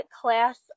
class